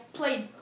played